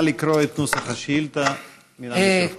נא לקרוא את נוסח השאילתה מן המיקרופון.